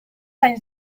anys